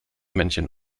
männchen